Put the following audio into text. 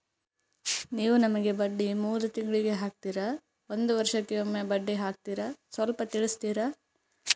ನೀವು ನಮಗೆ ಬಡ್ಡಿ ಮೂರು ತಿಂಗಳಿಗೆ ಹಾಕ್ತಿರಾ, ಒಂದ್ ವರ್ಷಕ್ಕೆ ಒಮ್ಮೆ ಬಡ್ಡಿ ಹಾಕ್ತಿರಾ ಸ್ವಲ್ಪ ತಿಳಿಸ್ತೀರ?